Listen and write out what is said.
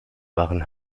waren